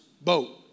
boat